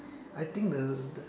I think the